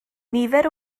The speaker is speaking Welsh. nifer